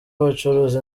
bacuruza